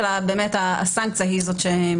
אלא הסנקציה היא זאת שמשתנה.